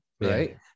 right